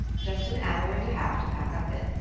just an hour and a half to pack up in!